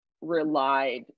relied